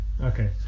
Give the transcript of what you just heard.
okay